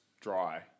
dry